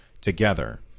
together